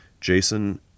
Jason